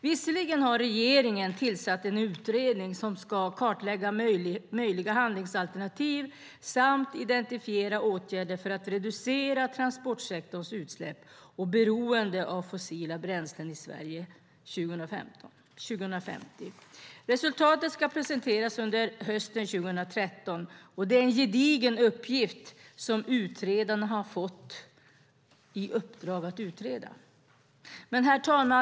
Regeringen har tillsatt en utredning som ska kartlägga möjliga handlingsalternativ och identifiera åtgärder för att reducera transportsektorns utsläpp och beroende av fossila bränslen i Sverige 2050. Resultatet ska presenteras under hösten 2013. Det är en gedigen uppgift som utredaren har fått. Herr talman!